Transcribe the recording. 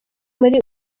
muri